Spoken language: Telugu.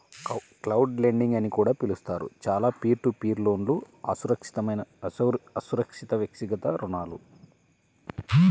క్రౌడ్లెండింగ్ అని కూడా పిలుస్తారు, చాలా పీర్ టు పీర్ లోన్లుఅసురక్షితవ్యక్తిగత రుణాలు